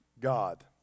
God